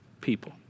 people